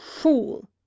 fool